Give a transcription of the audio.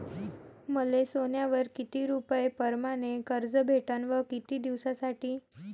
मले सोन्यावर किती रुपया परमाने कर्ज भेटन व किती दिसासाठी?